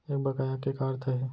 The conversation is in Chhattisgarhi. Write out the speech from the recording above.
एक बकाया के का अर्थ हे?